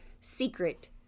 secret